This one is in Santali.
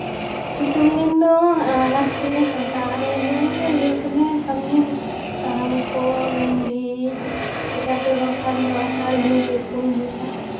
ᱥᱤᱛᱩᱝ ᱫᱤᱱ ᱫᱚ ᱞᱟᱸᱜᱟ ᱛᱮ ᱥᱮᱛᱟᱜ ᱨᱮ ᱤᱭᱟᱹ ᱠᱚᱞᱮ ᱠᱟᱹᱢᱤᱭᱟ ᱥᱟᱦᱟᱱ ᱠᱚ ᱜᱟᱹᱰᱤᱡ ᱪᱤᱠᱟᱹᱛᱮ ᱵᱟᱠᱷᱟᱱ ᱫᱚ ᱟᱥᱟᱲ ᱫᱤᱱ ᱪᱮᱫ ᱠᱚᱢ ᱡᱩᱞᱟ